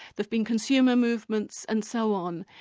there've been consumer movements, and so on.